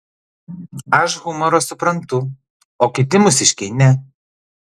aš humorą suprantu o kiti mūsiškiai ne